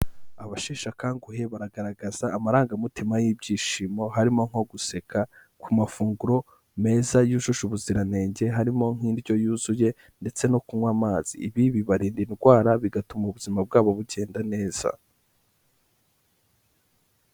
Abasheshe akanguhe, baragaragaza amarangamutima y'ibyishimo, harimo nko guseka, ku mafunguro meza yujuje ubuziranenge, harimo nk'indyo yuzuye, ndetse no kunywa amazi. Ibi bibarinda indwara, bigatuma ubuzima bwabo bugenda neza.